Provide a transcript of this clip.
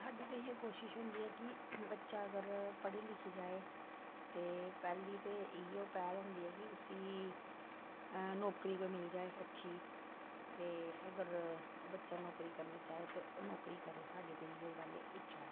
साड्डी ते इयो कोशिश होंदी ऐ कि बच्चा अगर पढ़ी लिखी जाए ते पैह्ली ते इयो पैह्ल होंदी ऐ कि उसी नौकरी कोई मिली जाए अच्छी ते अगर बच्चा नौकरी करनी चाहे ते ओह् नौकरी करै साड्डी ते इयो पैह्ले इच्छा ऐ